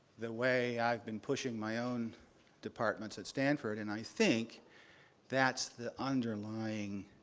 the way i've been pushing my own departments at stanford. and i think that's the underlying